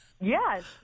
Yes